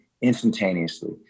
instantaneously